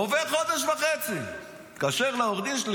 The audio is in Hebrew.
עובר חודש וחצי, אני מתקשר לעורך הדין שלי